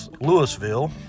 Louisville